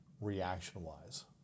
reaction-wise